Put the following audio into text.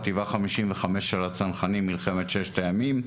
בחטיבה 55 של הצנחנים בימי מלחמת ששת הימים.